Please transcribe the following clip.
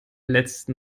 letzten